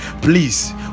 please